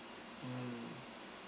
mm